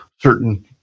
certain